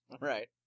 Right